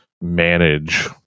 manage